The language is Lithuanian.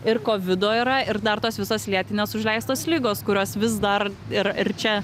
ir kovido yra ir dar tos visos lėtinės užleistos ligos kurios vis dar ir ir čia